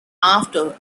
after